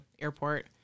Airport